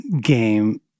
game